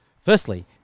firstly